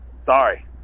Sorry